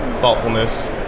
Thoughtfulness